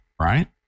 right